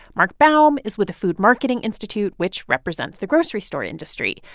mark baum is with the food marketing institute, which represents the grocery store industry.